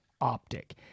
optic